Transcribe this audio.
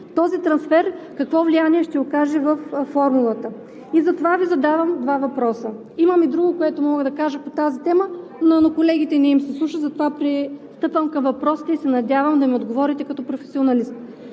този трансфер какво влияние ще окаже във формулата. И затова Ви задавам два въпроса. Имам и друго, което мога да кажа по тази тема, но на колегите не им се слуша, затова пристъпвам към въпросите и се надявам да ми отговорите като професионалисти.